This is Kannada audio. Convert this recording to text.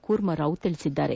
ಕೂರ್ಮಾರಾವ್ ತಿಳಿಸಿದ್ದಾರೆ